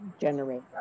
generate